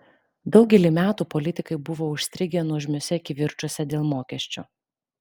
daugelį metų politikai buvo užstrigę nuožmiuose kivirčuose dėl mokesčių